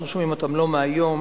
אנחנו שומעים אותם לא מהיום.